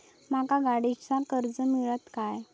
माका गाडीचा कर्ज मिळात काय?